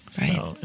Right